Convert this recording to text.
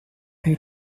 pay